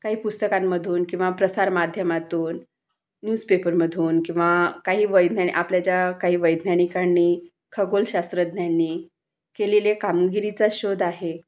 काही पुस्तकांमधून किंवा प्रसारमाध्यमातून न्यूज पेपरमधून किंवा काही वैज्ञानी आपल्या ज्या काही वैज्ञानिकांनी खगोलशास्त्रज्ञांनी केलेले कामगिरीचा शोध आहे